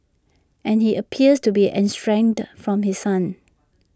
and he appears to be estranged from his son